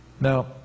Now